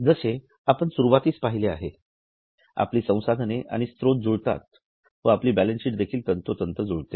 जसे आपण सुरुवातीस पहिले आहे आपली संसाधने आणि स्त्रोत जुळतात व आपली बॅलन्स शीट देखील तंतोतंत जुळते